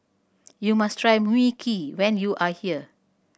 you must try Mui Kee when you are here